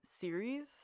series